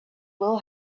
will